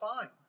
fine